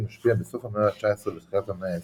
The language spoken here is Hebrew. משפיע בסוף המאה ה-19 ותחילת המאה ה-20.